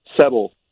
settle